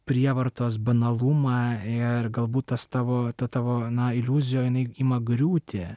prievartos banalumą ir galbūt tas tavo ta tavo na iliuzijoj nykimą griūtį